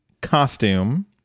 costume